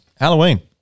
Halloween